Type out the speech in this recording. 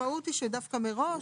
המשמעות היא שדווקא מראש,